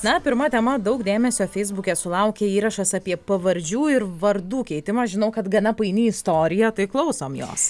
na pirma tema daug dėmesio feisbuke sulaukė įrašas apie pavardžių ir vardų keitimą žinau kad gana paini istorija tai klausom jos